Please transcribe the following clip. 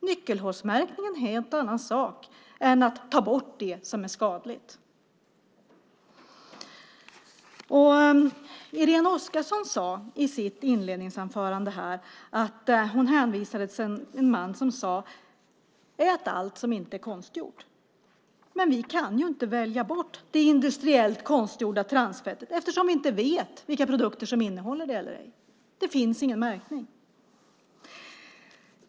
Nyckelhålsmärkning är en helt annan sak än att ta bort det som är skadligt. Irene Oskarsson hänvisade i sitt inledningsanförande till en man som hade sagt: Ät allt som inte är konstgjort! Men vi kan inte välja bort det industriellt konstgjorda transfettet eftersom vi inte vet vilka produkter som innehåller det eller ej. Det finns ingen märkning.